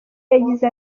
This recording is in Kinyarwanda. yagize